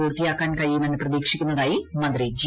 പൂർത്തിയാക്കാൻ കഴിയുമെന്ന് പ്രതീക്ഷിക്കുന്നതായി മന്ത്രി ജി